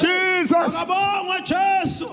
Jesus